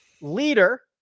leader